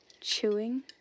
chewing